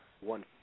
One